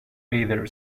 either